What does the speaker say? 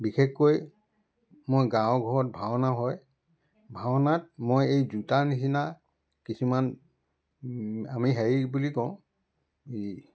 বিশেষকৈ মই গাঁৱৰ ঘৰত ভাওনা হয় ভাওনাত মই এই জোতাৰ নিচিনা কিছুমান আমি হেৰি বুলি কওঁ